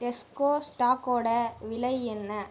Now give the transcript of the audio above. Tesco ஸ்டாக்கோடய விலை என்ன